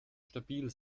stabil